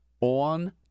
on